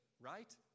right